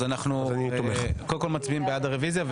אז אנחנו קודם כול מצביעים בעד הרוויזיה.